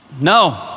no